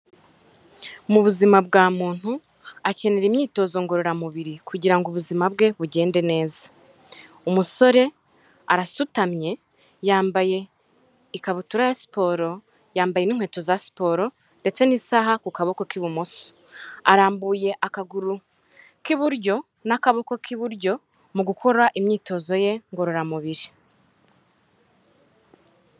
Mu buzima bwa muntu akenera imyitozo ngororamubiri kugira ngo ubuzima bwe bugende neza. Umusore arasutamye yambaye ikabutura ya siporo, yambaye n'inkweto za siporo ndetse n'isaha ku kaboko k'ibumoso. Arambuye akaguru k'iburyo n'akaboko k'iburyo mu gukora imyitozo ye ngororamubiri.